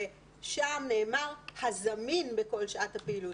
שם נאמר "הזמין בכל שעות הפעילות",